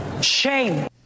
Shame